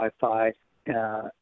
Wi-Fi